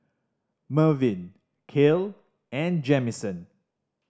Mervin Kael and Jamison